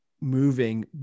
moving